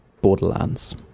Borderlands